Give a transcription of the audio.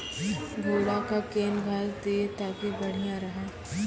घोड़ा का केन घास दिए ताकि बढ़िया रहा?